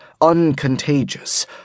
uncontagious